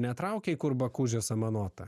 netraukei kur bakūžė samanota